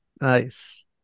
Nice